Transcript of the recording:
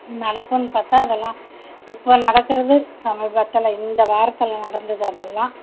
நடக்கும்ன்னு பார்த்தா அதெலாம் இப்போ நடக்கிறது சமீபத்தில் இந்த வாரத்தில் நடந்தது அதெல்லாம்